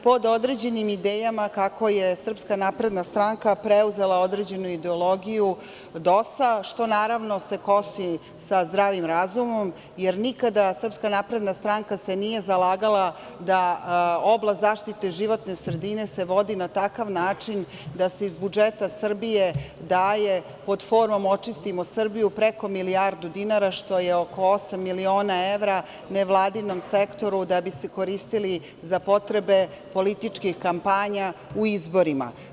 Pod određenim idejama kako je SNS preuzela određenu ideologiju DOS-a, što se naravno kosi sa zdravim razumom, jer nikada SNS se nije zalagala da oblast zaštite životne sredine se vodi na takav način da se iz budžeta Srbije daje, pod formom „Očistimo Srbiju“, preko milijardu dinara, što je oko osam miliona evra nevladinom sektoru da bi se koristile za potrebe političkih kampanja u izborima.